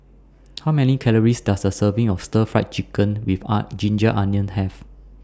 How Many Calories Does A Serving of Stir Fry Chicken with A Ginger Onions Have